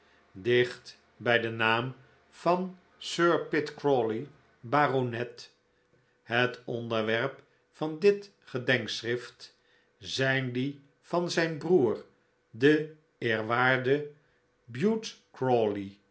bij den naam van sir pitt crawley baronet het onderwerp van dit gedenkschrift zijn die van zijn broer den eerwaarden bute